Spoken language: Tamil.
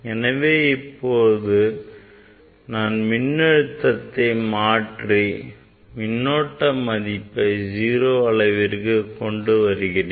எனவே இப்போது நான் மின்னழுத்தத்தை மாற்றி மின்னோட்டம் மதிப்பை 0 அளவிற்கு கொண்டு வருகிறேன்